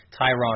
Tyron